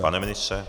Pane ministře?